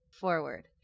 forward